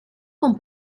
con